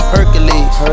Hercules